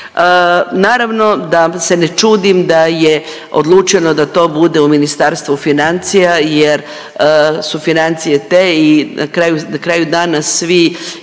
Naravno da se ne čudim da je odlučeno da to bude u Ministarstvu financija, jer su financije te i na kraju dana svi resori